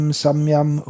samyam